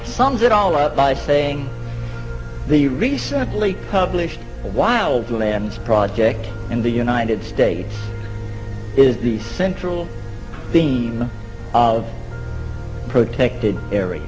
sums it all up by saying the recently published while demands project in the united states is the central theme of protected area